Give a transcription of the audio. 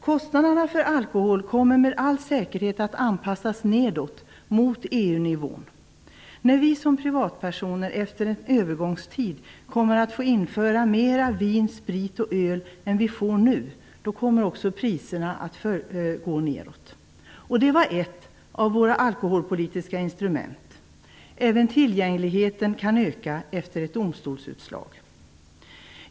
Kostnaderna för alkohol kommer med all säkerhet att anpassas nedåt, mot EU-nivån. När vi som privatpersoner efter en övergångstid kommer att få införa mera vin, sprit och öl än vi får göra nu, kommer också priserna att gå nedåt. Det var ett av våra alkoholpolitiska instrument. Dessutom kan tillgängligheten komma att öka efter ett domstolsutslag.